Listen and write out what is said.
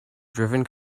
driven